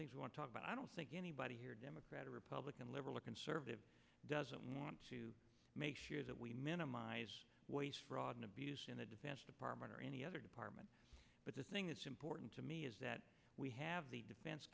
things we want to talk about i don't think anybody here democrat or republican liberal or conservative doesn't want to make sure that we minimize waste fraud and abuse in the defense department or any other department but the thing that's important to me is that we have the defense